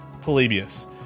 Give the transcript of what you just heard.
Polybius